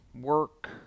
work